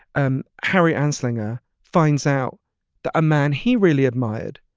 and harry anslinger finds out that a man he really admired,